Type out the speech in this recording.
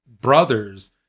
brothers